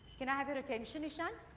can i have your attention ishaan?